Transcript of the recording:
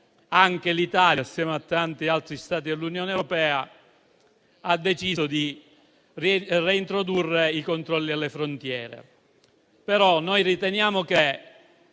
anche l'Italia, assieme a tanti altri Stati dell'Unione europea, ha deciso di reintrodurre i controlli alle frontiere.